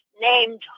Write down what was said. named